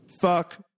Fuck